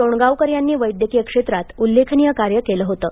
टोणगावकर यांनी वैद्यकिय क्षेत्रात उल्लेखनीय कार्य केलं होतं